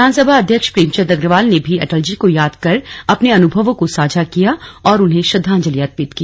विधानसभा अध्यक्ष प्रेमचंद अग्रवाल ने भी अटलजी को याद कर अपने अनुभवों को साझा किया और उन्हें श्रद्वांजलि अर्पित की